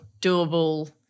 doable